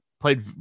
Played